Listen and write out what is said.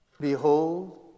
behold